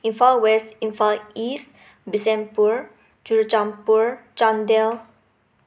Imphal west Imphal east Bishnupur Churachandpur Chandel